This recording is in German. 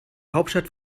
hauptstadt